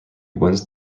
wins